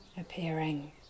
appearing